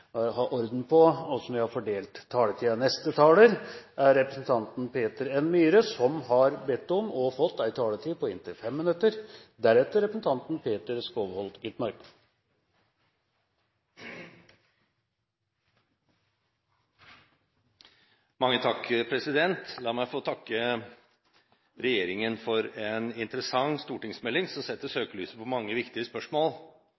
ha orden på fordelingen av taletiden. Neste taler er representanten Peter N. Myhre, som har bedt om, og fått, en taletid på inntil 5 minutter. La meg få takke regjeringen for en interessant stortingsmelding som setter søkelyset på mange viktige spørsmål